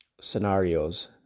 scenarios